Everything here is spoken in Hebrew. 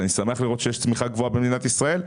אני שמח לראות שיש צמיחה גבוהה במדינת ישראל.